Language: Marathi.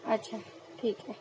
अच्छा ठीक आहे